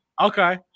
okay